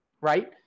right